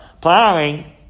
Plowing